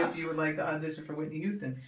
you would like to audition for whitney houston.